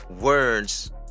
Words